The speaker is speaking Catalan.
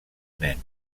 nen